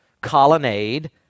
colonnade